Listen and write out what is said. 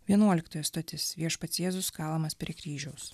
vienuoliktoji stotis viešpats jėzus kalamas prie kryžiaus